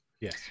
yes